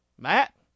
Matt